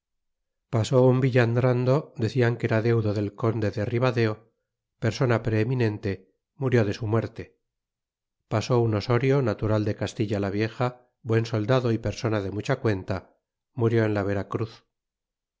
pasó un villandrando decian que era deudo del conde de ribadeo persona preeminente murió de su muerte pasó un osorio natural de castilla la vieja buen soldado y persona de mucha cuenta murió en la vera cruz